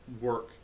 work